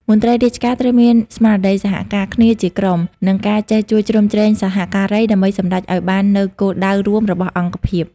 មន្ត្រីរាជការត្រូវមានស្មារតីសហការគ្នាជាក្រុម និងការចេះជួយជ្រោមជ្រែងសហការី ដើម្បីសម្រេចឱ្យបាននូវគោលដៅរួមរបស់អង្គភាព។